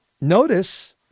Notice